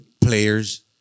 players